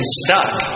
stuck